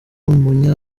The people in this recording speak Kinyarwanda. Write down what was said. umunya